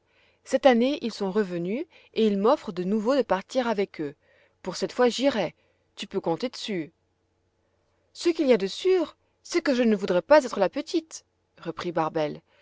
cette année ils sont revenus et ils m'offrent de nouveau de partir avec eux pour cette fois j'irai tu peux compter dessus ce qu'il y a de sûr c'est que je ne voudrais pas être la petite reprit barbel